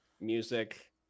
music